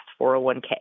401k